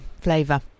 flavour